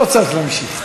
לא צריך להמשיך.